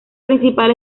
principal